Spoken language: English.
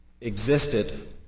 existed